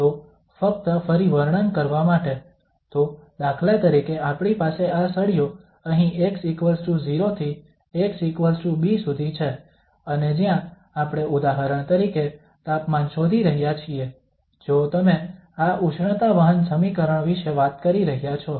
તો ફક્ત ફરી વર્ણન કરવા માટે તો દાખલા તરીકે આપણી પાસે આ સળિયો અહીં x0 થી xb સુધી છે અને જ્યાં આપણે ઉદાહરણ તરીકે તાપમાન શોધી રહ્યા છીએ જો તમે આ ઉષ્ણતા વહન સમીકરણ વિશે વાત કરી રહ્યા છો